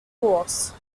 course